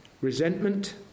Resentment